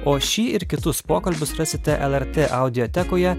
o šį ir kitus pokalbius rasite lrt audiotekoje